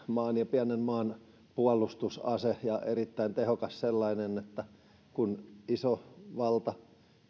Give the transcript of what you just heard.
pienen maan puolustusase ja erittäin tehokas sellainen kun iso valta